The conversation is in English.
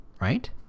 right